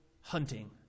hunting